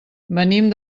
venim